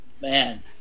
man